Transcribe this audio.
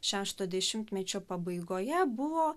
šešto dešimtmečio pabaigoje buvo